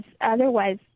otherwise